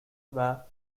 were